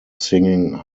singing